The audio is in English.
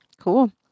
Cool